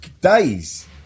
days